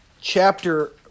Chapter